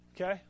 okay